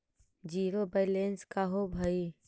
Zero balance का होव हइ?